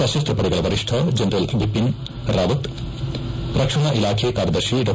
ಸತಸ್ತ ಪಡೆಗಳ ವರಿಷ್ಣ ಜನರಲ್ ಬಿಪಿಎನ್ ರಾವತ್ ರಕ್ಷಣಾ ಇಲಾಖೆ ಕಾರ್ಯದರ್ಶಿ ಡಾ